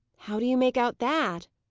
how do you make out that?